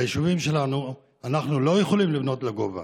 ביישובים שלנו אנחנו לא יכולים לבנות לגובה.